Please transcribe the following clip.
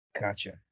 Gotcha